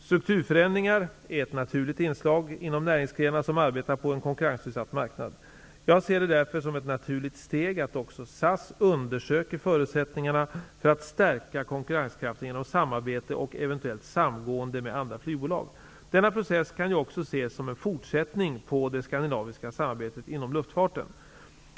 Strukturförändringar är ett naturligt inslag inom näringsgrenar som arbetar på en konkurrensutsatt marknad. Jag ser det därför som ett naturligt steg att också SAS undersöker förutsättningarna för att stärka konkurrenskraften genom samarbete och eventuellt samgående med andra flygbolag. Denna process kan ju också ses som en fortsättning på det skandinaviska samarbetet inom luftfarten.